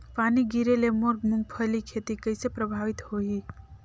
पानी गिरे ले मोर मुंगफली खेती कइसे प्रभावित होही?